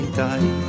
die